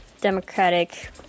Democratic